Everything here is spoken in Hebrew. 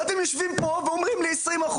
ואתם יושבים פה ואומרים לי 20%,